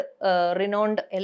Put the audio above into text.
renowned